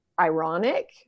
ironic